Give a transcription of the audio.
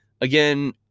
again